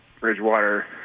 Bridgewater